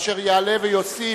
אשר יעלה ויוסיף.